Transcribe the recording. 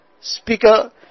speaker